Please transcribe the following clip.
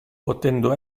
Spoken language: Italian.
potendo